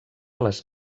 les